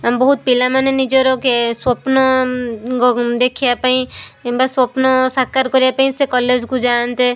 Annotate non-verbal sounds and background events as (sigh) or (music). ବହୁତ ପିଲାମାନେ ନିଜର (unintelligible) ସ୍ୱପ୍ନ ଦେଖାଇବା ପାଇଁ ବା ସ୍ଵପ୍ନ ସାକାର କରିବାପାଇଁ କଲେଜକୁ ଯାଆନ୍ତେ